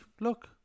Look